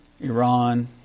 Iran